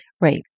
Right